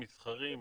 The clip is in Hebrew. מסחרי,